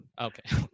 Okay